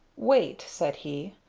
wait, said he.